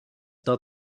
not